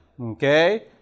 Okay